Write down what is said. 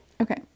okay